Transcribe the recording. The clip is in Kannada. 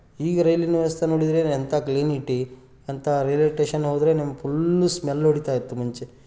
ಈಗ ರೈಲಿನ ವ್ಯವಸ್ಥೆ ನೋಡಿದರೆ ಎಂಥ ಕ್ಲಿನಿಟಿ ಎಂಥ ರೈಲ್ವೆ ಟೇಷನ್ ಹೋದ್ರೆ ನಿಮ್ಮ ಫುಲ್ಲು ಸ್ಮೆಲ್ ಹೊಡಿತಾಯಿತ್ತು ಮುಂಚೆ